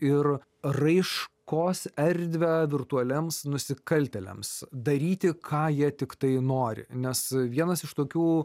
ir raiškos erdvę virtualiems nusikaltėliams daryti ką jie tiktai nori nes vienas iš tokių